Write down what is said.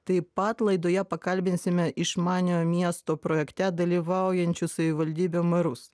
taip pat laidoje pakalbinsime išmaniojo miesto projekte dalyvaujančių savivaldybių merus